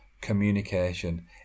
communication